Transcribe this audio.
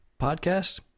podcast